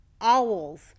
owls